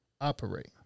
operate